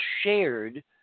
shared